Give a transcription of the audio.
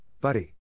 buddy